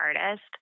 artist